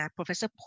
Professor